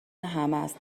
همست